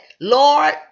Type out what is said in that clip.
Lord